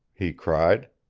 he cried.